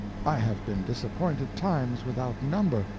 i have been disappointed times without number.